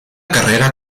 carrera